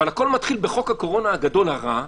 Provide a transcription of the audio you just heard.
אבל הכול מתחיל בחוק הקורונה הגדול הרע,